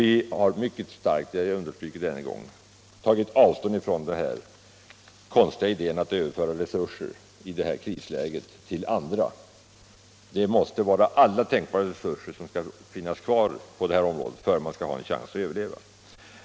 Vi har mycket starkt — jag understryker det än en gång — tagit avstånd från den konstiga idén att överföra resurserna till andra i det här krisläget. Alla tänkbara resurser måste finnas kvar på detta område för att beklädnadsindustrin skall ha en chans att överleva.